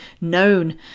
known